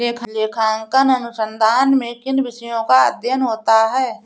लेखांकन अनुसंधान में किन विषयों का अध्ययन होता है?